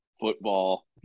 football